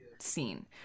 scene